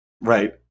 Right